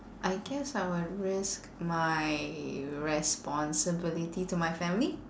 I guess I will risk my responsibility to my family